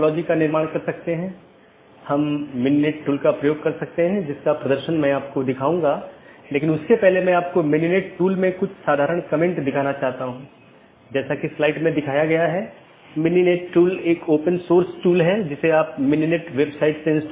दो जोड़े के बीच टीसीपी सत्र की स्थापना करते समय BGP सत्र की स्थापना से पहले डिवाइस पुष्टि करता है कि BGP डिवाइस रूटिंग की जानकारी प्रत्येक सहकर्मी में उपलब्ध है या नहीं